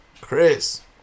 Chris